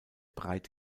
breit